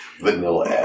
Vanilla